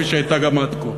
כפי שגם הייתה עד כה?